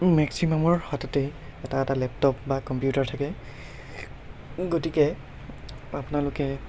মেক্সিমামৰ হাতাতেই এটা এটা লেপটপ বা কম্পিউটাৰ থাকে গতিকে আপোনালোকে